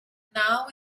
now